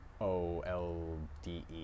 O-L-D-E